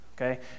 okay